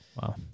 Wow